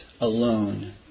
alone